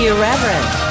Irreverent